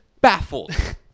Baffled